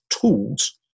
tools